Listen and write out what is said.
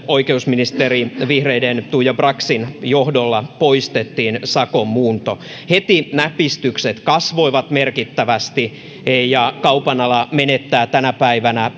oikeusministeri tuija braxin johdolla poistettiin sakon muunto heti näpistykset kasvoivat merkittävästi ja kaupan ala menettää tänä päivänä